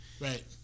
Right